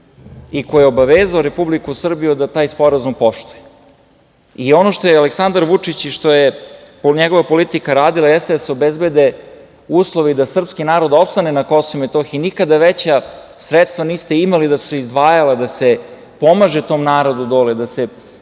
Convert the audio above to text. i koji je obavezao Republiku Srbiju da taj sporazum poštuje. Ono što je Aleksandar Vučić i što je njegova politika radila jeste da se obezbede uslovi da srpski narod opstane na Kosovu i Metohiji. Nikada veća sredstva niste imali da su se izdvajala da se pomaže tom narodu dole, da se